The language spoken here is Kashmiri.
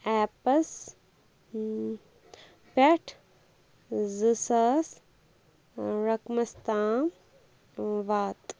ایپَس پٮ۪ٹھ زٕ ساس رقمَس تام ٲں واتہٕ